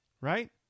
Right